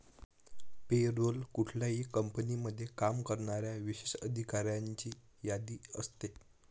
पे role कुठल्याही कंपनीमध्ये काम करणाऱ्या विशेष अधिकाऱ्यांची यादी असते